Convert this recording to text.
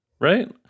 right